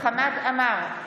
חמד עמאר,